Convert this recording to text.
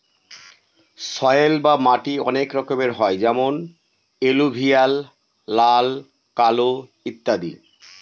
soil বা মাটি অনেক রকমের হয় যেমন এলুভিয়াল, লাল, কালো ইত্যাদি